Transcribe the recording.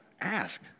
Ask